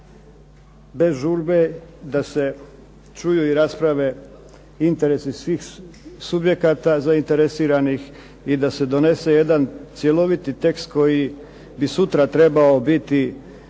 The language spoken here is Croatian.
bez žurbe, da se čuju i rasprave interesi svih subjekata zainteresiranih i da se donese jedan cjeloviti tekst koji bi sutra trebao biti